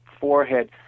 forehead